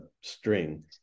string